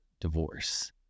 divorce